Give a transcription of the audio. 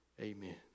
Amen